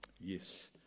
Yes